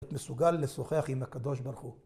אתה מסוגל לשוחח עם הקדוש ברוך הוא